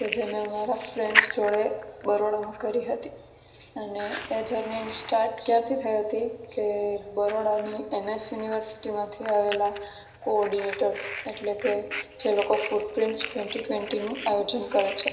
કે જે મેં મારા ફ્રેન્ડ્સ જોડે બરોડામાં કરી હતી અને એ જર્નીની સ્ટાર્ટ ક્યારથી થઈ હતી કે બરોડાની એમ એસ યુનિવર્સીટીમાંથી આવેલા કોર્ડીનેટર્સ એટલે કે જે લોકો ફૂટ પ્રિન્ટસ ટવેન્ટી ટવેન્ટીનું આયોજન કરે છે